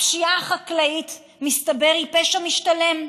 מסתבר שהפשיעה החקלאית היא פשע משתלם.